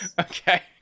Okay